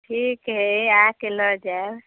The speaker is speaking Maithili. ठीक हइ आकऽ लऽ जाएब